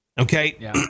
Okay